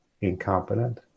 incompetent